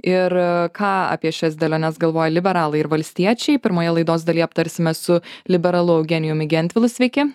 ir ką apie šias dėliones galvoja liberalai ir valstiečiai pirmoje laidos dalyje aptarsime su liberalu eugenijumi gentvilu sveiki